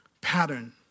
pattern